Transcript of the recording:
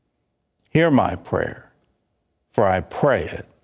hear my prayer for i prayed.